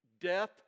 death